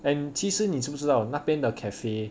and 其实你知不知道到那边的 cafe